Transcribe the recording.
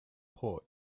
port